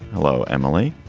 hello, emily.